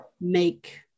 make